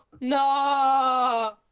No